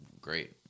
great